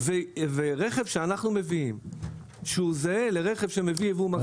ורכב שאנחנו מביאים שהוא זהה לרכב שמביא יבוא מקביל,